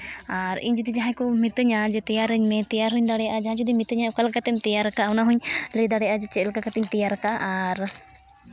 ᱟᱨ ᱤᱧ ᱡᱩᱫᱤ ᱡᱟᱦᱟᱸᱭ ᱠᱚ ᱢᱤᱛᱟᱹᱧᱟ ᱛᱮᱭᱟᱨᱟᱹᱧ ᱢᱮ ᱛᱮᱭᱟᱨ ᱦᱚᱸᱧ ᱫᱟᱲᱮᱭᱟᱜᱼᱟ ᱡᱟᱦᱟᱸᱭ ᱡᱩᱫᱤ ᱢᱤᱛᱟᱹᱧᱟᱭ ᱚᱠᱟ ᱞᱮᱠᱟ ᱛᱮᱢ ᱛᱮᱭᱟᱨ ᱠᱟᱜᱼᱟ ᱚᱱᱟᱦᱚᱸᱧ ᱞᱟᱹᱭ ᱫᱟᱲᱮᱭᱟᱜᱼᱟ ᱡᱮ ᱪᱮᱫ ᱞᱮᱠᱟ ᱠᱟᱛᱮᱧ ᱛᱮᱭᱟᱨ ᱟᱠᱟᱫᱼᱟ ᱟᱨ